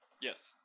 Yes